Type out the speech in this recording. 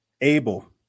Abel